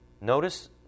Notice